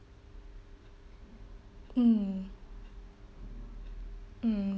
mm mm